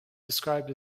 described